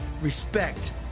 respect